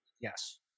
Yes